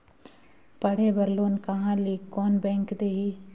पढ़े बर लोन कहा ली? कोन बैंक देही?